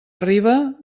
arriba